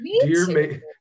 Dear